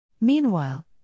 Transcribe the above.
Meanwhile